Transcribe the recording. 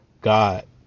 God